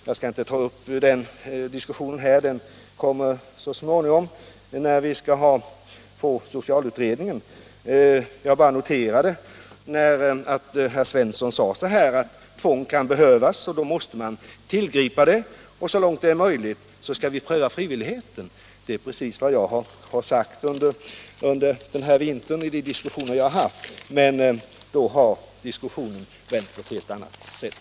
Jag skall inte ta upp den frågan här eftersom vi kommer att diskutera den så småningom när vi får socialutredningen, men jag noterade att herr Svensson sade att tvång kan behövas och att vi då skall tillgripa det, men att vi så långt det är möjligt skall pröva frivilligheten. Det är precis vad jag har sagt under de diskussioner vi har haft under vintern, men då har diskussionen vänt på ett helt annat sätt.